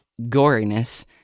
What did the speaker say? goriness